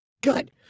Good